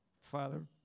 Father